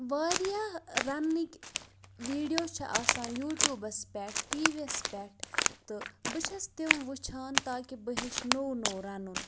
واریاہ رَننٕکۍ ویٖڈیو چھِ آسان یوٗٹوٗبَس پٮ۪ٹھ ٹی وی یَس پٮ۪ٹھ تہٕ بہٕ چھس تِم وٕچھان تاکہِ بہٕ ہیٚچھِ نوٚو نوٚو رَنُن